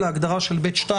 להגדרה של 2(ב)(2),